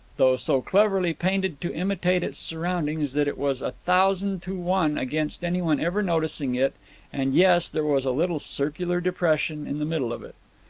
though so cleverly painted to imitate its surroundings that it was a thousand to one against anyone ever noticing it and yes, there was a little circular depression in the middle of it.